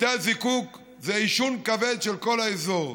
בתי הזיקוק זה עישון כבד של כל האזור.